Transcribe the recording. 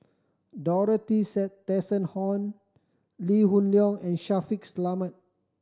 Tessensohn Lee Hoon Leong and Shaffiq Selamat